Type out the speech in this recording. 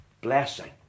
blessing